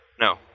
No